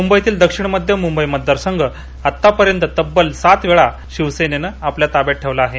मुंबईतील दक्षिण मध्य मुंबई मतदार संघ आतापर्यंत तब्बल सात वेळा शिवसेने हा मतदारसंघात आपल्या ताब्यात ठेवला आहे